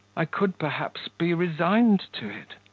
i could, perhaps, be resigned to it.